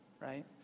right